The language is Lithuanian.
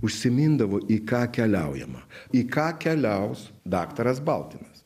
užsimindavo į ką keliaujama į ką keliaus daktaras baltinas